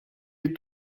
est